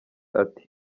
ati